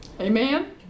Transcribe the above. Amen